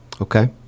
Okay